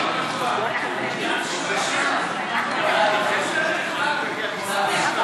לתיקון פקודת העיריות (צדק חלוקתי בכל הרשויות המתוקצבות